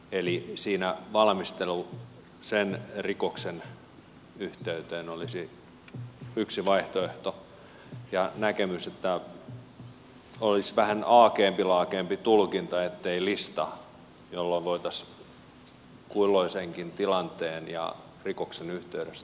eli se että valmistelu tulisi sen rikoksen yhteyteen olisi yksi vaihtoehto ja näkemys niin että olisi vähän aakeempi laakeempi tulkinta eikä olisi listaa jolloin voitaisiin kulloisenkin tilanteen ja rikoksen yhteydessä tulkita asiaa